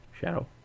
Shadow